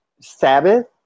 Sabbath